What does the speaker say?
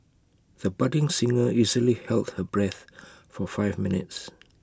the budding singer easily held her breath for five minutes